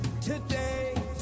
today